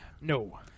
no